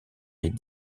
les